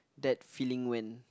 that feeling when